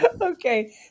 Okay